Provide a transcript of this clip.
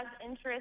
interest